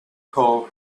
call